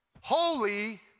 Holy